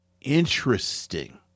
Interesting